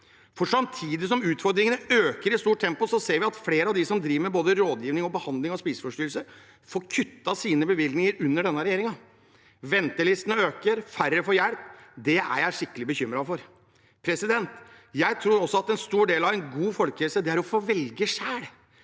Samtidig som utfordringene øker i stort tempo, ser vi at flere av dem som driver med både rådgivning og behandling av spiseforstyrrelser, får sine bevilgninger kuttet med dagens regjering. Ventelistene øker, færre får hjelp – dette er jeg skikkelig bekymret for. Jeg tror også at en stor del av en god folkehelse er å få velge selv,